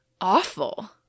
awful